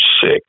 sick